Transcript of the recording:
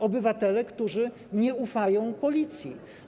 Obywatele, którzy nie ufają policji.